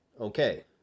Okay